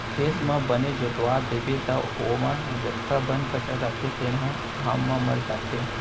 खेत ल बने जोतवा देबे त ओमा जतका बन कचरा रथे तेन ह घाम म मर जाथे